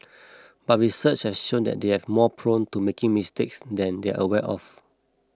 but research has shown that they are more prone to making mistakes than they are aware of